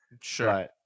sure